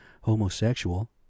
homosexual